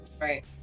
right